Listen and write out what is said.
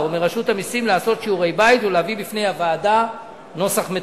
ומרשות המסים לעשות שיעורי בית ולהביא בפני הוועדה נוסח מתוקן.